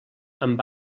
amb